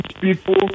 people